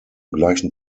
gleichen